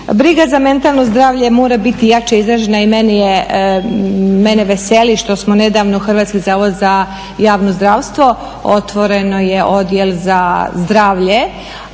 Briga za mentalno zdravlje mora biti jače izrađena i meni je, mene veseli što smo nedavno Hrvatski zavod za javno zdravstvo, otvoren je odjel za zdravlje,